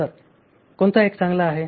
तर कोणता एक चांगला आहे